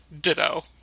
ditto